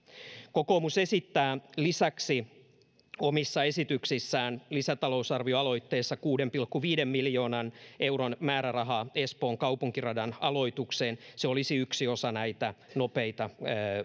kokoomus esittää lisäksi omissa esityksissään lisätalousarvioaloitteessa kuuden pilkku viiden miljoonan euron määrärahaa espoon kaupunkiradan aloitukseen se olisi yksi osa näitä nopeita